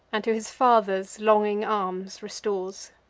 and to his father's longing arms restores.